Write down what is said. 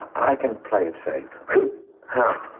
i can play sake have.